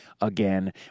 again